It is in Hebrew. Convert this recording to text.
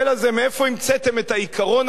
מאיפה המצאתם את העיקרון הזה,